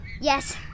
Yes